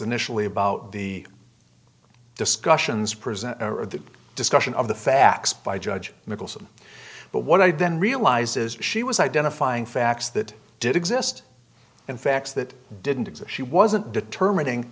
initially about the discussions present owner of the discussion of the facts by judge nicholson but what i'd then realizes she was identifying facts that did exist and facts that didn't exist she wasn't determining